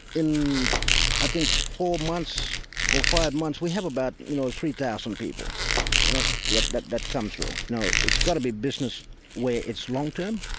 in i think four months or five months, we have about you know three thousand people that that come through. now it's got to be a business way it's long-term,